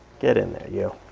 get in there you,